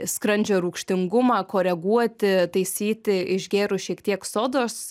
skrandžio rūgštingumą koreguoti taisyti išgėrus šiek tiek sodos